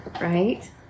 right